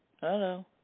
Hello